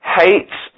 hates